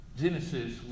Genesis